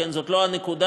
זאת לא הנקודה,